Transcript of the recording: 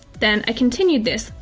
then i continued this,